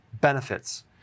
benefits